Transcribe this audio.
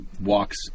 walks